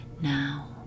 now